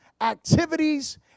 activities